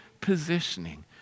positioning